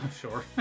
Sure